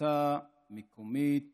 מועצה מקומית